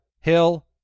Hill